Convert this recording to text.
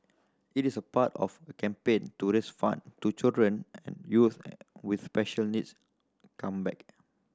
it is part of campaign to raise fund to children and youth with special needs come back